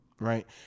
right